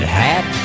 hat